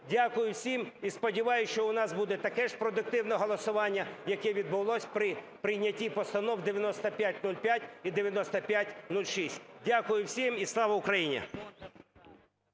Дякую всім і сподіваюсь, що у нас буде таке ж продуктивне голосування, яке відбулось при прийнятті постанов 9505 і 9506. Дякую всім. І слава Україні!